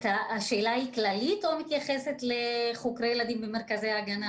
השאלה היא כללית או מתייחסת לחוקרי ילדים במרכזי הגנה?